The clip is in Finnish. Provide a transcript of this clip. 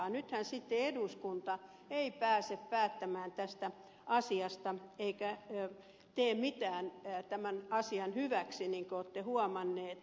nythän sitten eduskunta ei pääse päättämään tästä asiasta eikä tee mitään tämän asian hyväksi niin kuin olette huomanneet